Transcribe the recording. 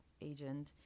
agent